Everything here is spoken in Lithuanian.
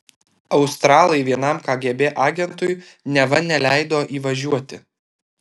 australai vienam kgb agentui neva neleido įvažiuoti